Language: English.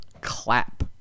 clap